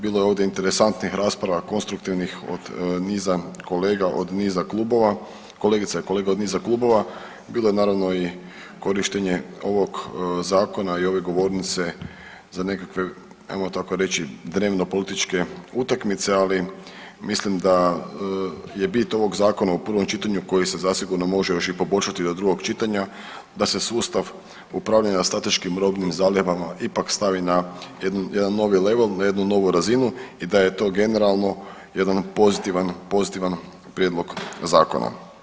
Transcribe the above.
Bilo je ovdje interesantnih rasprava, konstruktivnih, od niza kolega, od niza klubova, kolegica i kolega od niza klubova, bilo je naravno i korištenje ovog Zakona i ove govornice za nekakve, ajmo tako reći, dnevno političke utakmice, ali mislim da je bit ovog Zakona u prvom čitanju koji se zasigurno može još i poboljšati do drugog čitanja, da se sustav upravljanja strateškim robnim zalihama ipak stavi na jedan novi level, na jednu novu razinu i da je to generalno jedan pozitivan, pozitivan prijedlog Zakona.